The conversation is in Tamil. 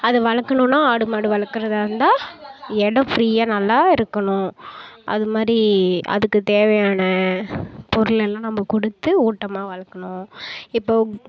அதை வளர்க்கணுன்னா ஆடு மாடு வளர்க்கறதா இருந்தா இடம் ஃப்ரீயாக நல்லா இருக்கணும் அதுமாதிரி அதுக்கு தேவையான பொருளெல்லாம் நம்ப கொடுத்து ஊட்டமாக வளர்க்கணும் இப்போ